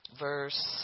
Verse